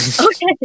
Okay